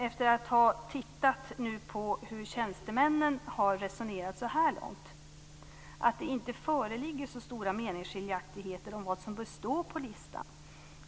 Efter att ha tittat på hur tjänstemännen har resonerat så här långt, bedömer jag att det inte föreligger så stora meningsskiljaktigheter om vad som bör stå på listan.